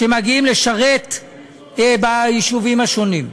שמגיעים לשרת ביישובים השונים.